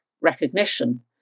recognition